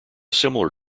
similar